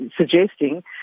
suggesting